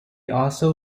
also